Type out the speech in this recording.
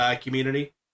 community